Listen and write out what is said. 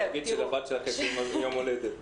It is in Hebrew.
להגיד שלבת שלך יש היום יום הולדת...